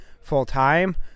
full-time